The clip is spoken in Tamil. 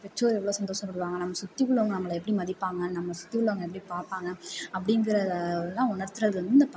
பெற்றோர் எவ்வளோ சந்தோஷ படுவாங்க நம்ம சுற்றி உள்ளவங்க நம்மளை எப்படி மதிப்பாங்க நம்மளை சுற்றி உள்ளவங்க எப்படி பார்ப்பாங்க அப்படிங்கிறத எல்லாம் உணர்த்துறது வந்து இந்த